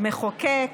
מחוקק.